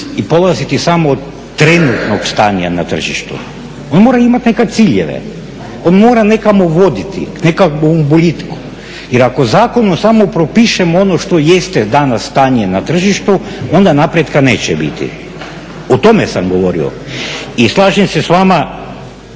i polaziti samo od trenutnog stanja na tržištu. On mora nekad imati ciljeve, on mora nekamo voditi k nekakvom boljitku. Jer ako zakonom samo propišemo ono što jeste danas stanje na tržištu onda napretka neće biti, o tome sam govorio. I slažem se s vama